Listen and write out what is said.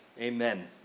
Amen